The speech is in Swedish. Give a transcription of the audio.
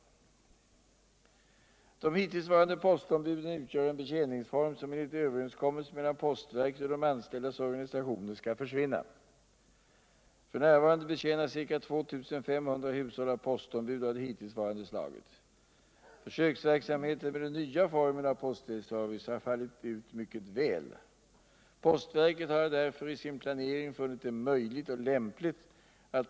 De hittillsvarande postombuden utgör en betjäningsform som enligt överenskommelse mellan postverket och de anställdas organisationer skall försvinna. F. n. betjänas ca 2 500 hushåll av postombud av det hittillsvarande slaget. Försöksverksamheten med den nva formen av postväskservice har fallit ut mycket väl. Postverket har därför i sin planering funnit det möjligt och lämpligt av.